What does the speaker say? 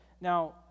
Now